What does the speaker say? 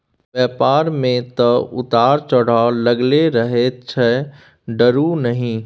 बेपार मे तँ उतार चढ़ाव लागलै रहैत छै डरु नहि